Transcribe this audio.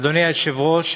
אדוני היושב-ראש,